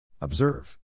Observe